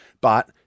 but-